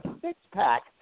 six-pack